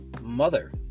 mother